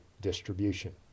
distribution